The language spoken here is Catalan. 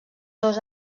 dos